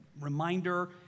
reminder